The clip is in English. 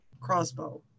crossbow